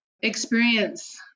experience